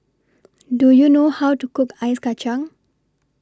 Do YOU know How to Cook Ice Kachang